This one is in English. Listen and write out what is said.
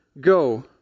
Go